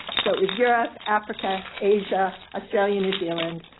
so it was europe, africa, asia, australia, new zealand,